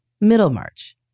Middlemarch